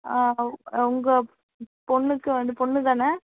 ஆ உங்கள் பொண்ணுக்கு வந்து பொண்ணு தானே